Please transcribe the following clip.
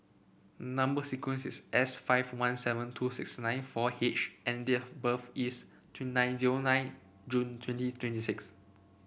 number sequence is S five one seven two six nine four H and date of birth is two nine zero nine June twenty twenty six